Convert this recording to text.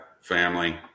family